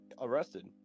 arrested